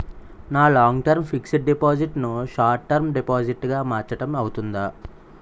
నా long term fixed deposit ను short term deposit గా మార్చటం అవ్తుందా?